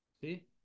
See